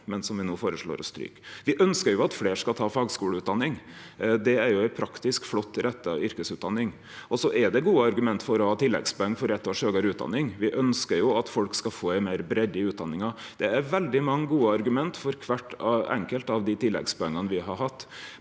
Me ønskjer jo at fleire skal ta fagskuleutdanning. Det er ei flott og praktisk retta yrkesutdanning. Så er det gode argument for å ha tilleggspoeng for eit års høgare utdanning. Me ønskjer at folk skal få meir breidde i utdanninga. Det er veldig mange gode argument for kvart enkelt av dei tilleggspoenga me har hatt,